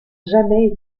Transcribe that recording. jamais